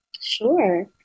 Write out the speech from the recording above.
Sure